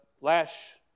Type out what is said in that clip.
last